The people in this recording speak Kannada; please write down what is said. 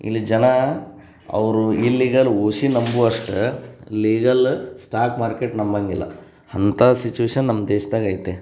ಇಲ್ಲಿ ಜನ ಅವರು ಇಲ್ಲೀಗಲ್ ಓಶಿ ನಂಬುವಷ್ಟು ಲೀಗಲ್ ಸ್ಟಾಕ್ ಮಾರ್ಕೇಟ್ ನಂಬೊಂಗಿಲ್ಲ ಅಂಥ ಸಿಚುವೇಷನ್ ನಮ್ಮ ದೇಶ್ದಾಗ ಐತೆ